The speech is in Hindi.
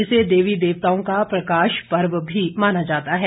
इसे देवी देवताओं का प्रकाश पर्व भी माना जाता है